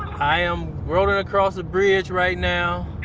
i am rolling across the bridge right now.